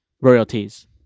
Royalties